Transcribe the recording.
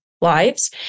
lives